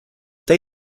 they